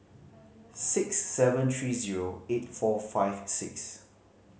six seven three zero eight four five six